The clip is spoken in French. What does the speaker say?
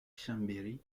chambéry